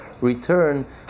return